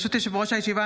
ברשות יושב-ראש הישיבה,